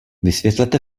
vysvětlete